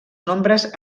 nombres